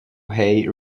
hai